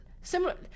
similar